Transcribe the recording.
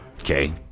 Okay